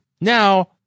now